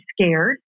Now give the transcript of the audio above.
scared